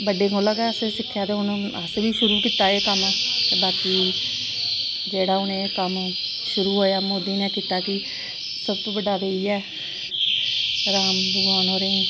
ते बड्डें कोला असें सिक्खेआ ते असें बी शुरू कीता एह् कम्म ते बाकी जेह्ड़ा हून एह् कम्म शुरु होया मोदी नै कीता की सबतू बड्डा ते इयै राम भगवान होरें